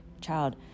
child